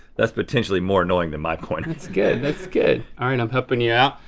that's potentially more annoying than my pointer. that's good, that's good. all right i'm helpin' you out.